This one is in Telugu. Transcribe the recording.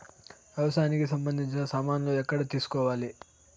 వ్యవసాయానికి సంబంధించిన సామాన్లు ఎక్కడ తీసుకోవాలి?